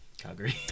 Calgary